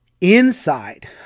Inside